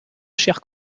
chers